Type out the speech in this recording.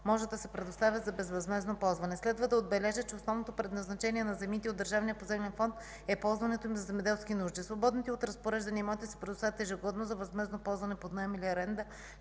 може да се предоставя за безвъзмездно ползване. Следва да отбележа, че основното предназначение на земите от Държавния поземлен фонд е ползването им за земеделски нужди. Свободните от разпореждане имоти се предоставят ежегодно за възмездно ползване под наем или аренда,